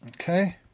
Okay